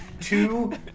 two